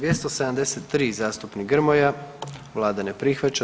273. zastupnik Grmoja, vlada ne prihvaća.